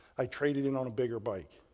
i trade it in on a bigger bike.